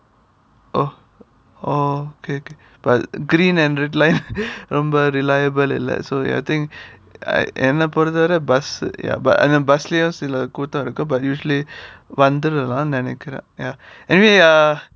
oh oh okay okay but green and red line ரொம்ப:romba reliable இல்லை:illai so ya I think என்ன பொறுத்த வர:enna porutha vara bus bus leh யும் சில குத்து இருக்கு:yum sila kuthu irukku but வந்துரலாம் நினைக்கிறேன்:vanthuralaam ninaikkiraen ya anyway ya